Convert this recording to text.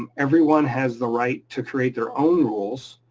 um everyone has the right to create their own rules,